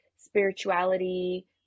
Spirituality